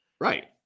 Right